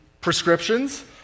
prescriptions